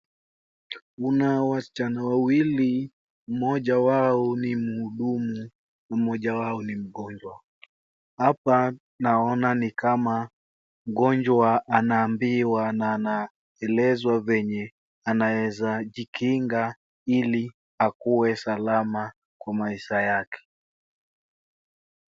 Kuna wasichana wawili, mmoja wao ni mhudumu na mmoja wao ni mgonjwa. Hapa naona ni kama mgonjwa anaambiwa na anaelezwa venye anaweza jikinga ili akuwe salama kwa maisha yake.